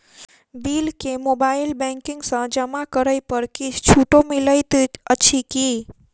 Bill केँ mobile banking सँ जमा करै पर किछ छुटो मिलैत अछि की?